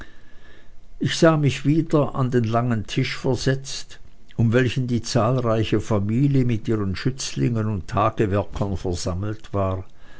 ich sah mich wieder an den langen tisch versetzt um welchen die zahlreiche familie mit ihren schützlingen und tagewerkern versammelt war